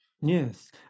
Yes